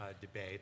debate